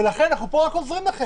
לכן אנו פה רק עוזרים לכם.